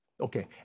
Okay